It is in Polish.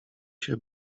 się